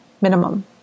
minimum